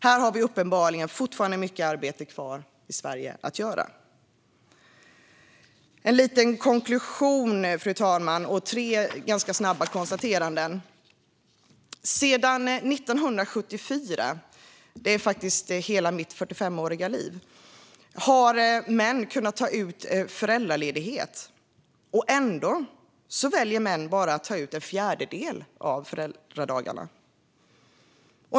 Här har vi uppenbarligen fortfarande mycket arbete kvar i Sverige att göra. Låt mig göra en liten konklusion, fru talman, och tre snabba enkla konstateranden: Sedan 1974 - det är faktiskt hela mitt 45-åriga liv - har män kunnat ta ut föräldraledighet. Ändå väljer män att ta ut bara en fjärdedel av föräldradagarna.